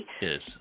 Yes